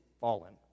fallen